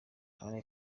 anne